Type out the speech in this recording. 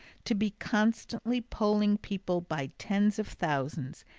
to be constantly polling people by tens of thousands,